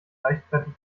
leichtfertig